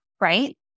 right